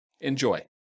Enjoy